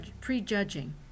prejudging